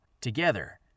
Together